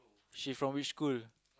she from which school